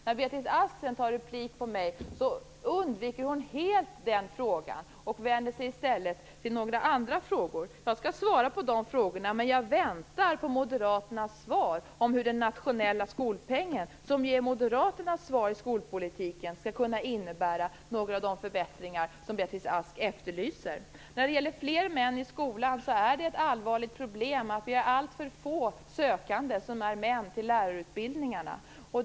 När Beatrice Ask sedan begär replik på mitt anförande undviker hon den frågan helt och tar i stället upp några andra frågor. Jag skall svara på de frågorna. Men jag väntar på moderaternas förklaring av hur den nationella skolpengen, som är moderaternas bidrag i skolpolitiken, skall kunna innebära några av de förbättringar som Beatrice Ask efterlyser. När det gäller fler män i skolan vill jag säga att det är ett allvarligt problem att det är alltför få sökande till lärarutbildningarna som är män.